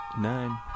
Nine